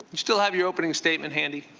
you still have your opening statement handy?